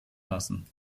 lassen